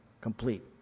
complete